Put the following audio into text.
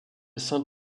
saint